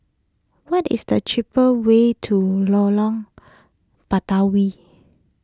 what is the cheaper way to Lorong Batawi